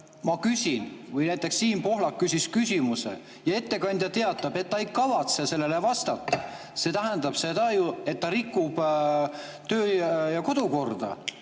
ma küsin või näiteks Siim Pohlak küsib küsimuse ja ettekandja teatab, et ta ei kavatse sellele vastata, siis see tähendab ju seda, et ta rikub töö- ja kodukorda.